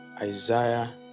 Isaiah